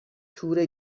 تور